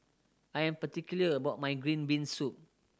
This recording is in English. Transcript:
I am particular about my green bean soup